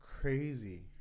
crazy